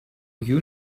you